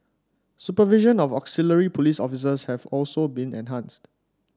supervision of auxiliary police officers have also been enhanced